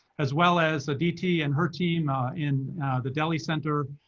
as well as aditi and her team in the delhi center,